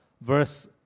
verse